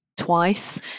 Twice